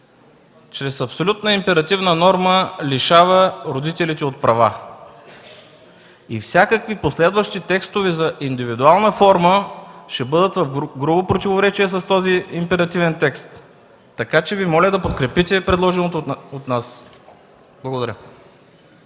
Чрез абсолютно императивна норма този текст лишава родителите от права. Всякакви последващи текстове за индивидуална форма ще бъдат в грубо противоречие с този императивен текст. Моля Ви да подкрепите предложеното от нас. Благодаря.